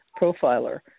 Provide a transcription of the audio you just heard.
Profiler